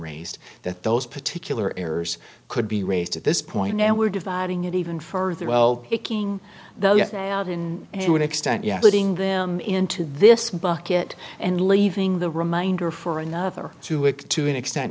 raised that those particular errors could be raised at this point now we're dividing it even further well the king and what extent yes leading them into this bucket and leaving the reminder for another to it to an extent